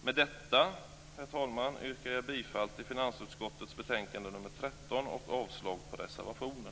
Med detta, herr talman, yrkar jag bifall till hemställan i finansutskottets betänkande nr 13 och avslag på reservationen.